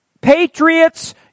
patriots